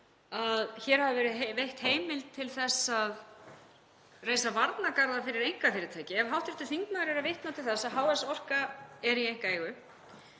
að hér hafi verið veitt heimild til þess að reisa varnargarða fyrir einkafyrirtæki; ef hv. þingmaður er að vitna til þess að HS orka er í einkaeigu